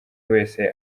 wese